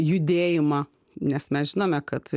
judėjimą nes mes žinome kad